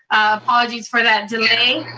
apologies for that delay.